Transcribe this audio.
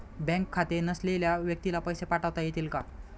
Bank खाते नसलेल्या व्यक्तीला पैसे पाठवता येतील का?